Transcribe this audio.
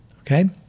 okay